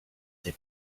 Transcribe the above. they